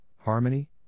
harmony